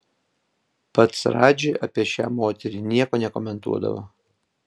pats radži apie šią moterį nieko nekomentuodavo